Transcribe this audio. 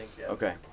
Okay